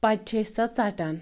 پَتہٕ چھِ أسۍ سۄ ژَٹان